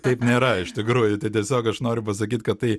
taip nėra iš tikrųjų tai tiesiog aš noriu pasakyt kad tai